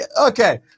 Okay